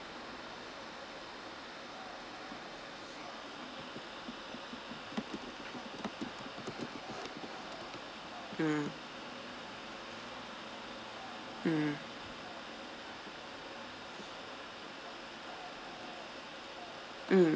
mm mm mm